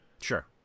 Sure